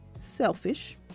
selfish